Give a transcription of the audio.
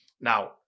Now